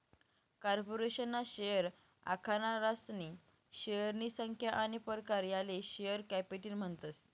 corporation ना share आखनारासनी शेअरनी संख्या आनी प्रकार याले शेअर कॅपिटल म्हणतस